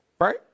Right